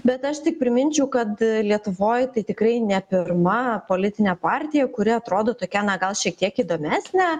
bet aš tik priminčiau kad lietuvoj tai tikrai ne pirma politinė partija kuri atrodo tokia na gal šiek tiek įdomesnė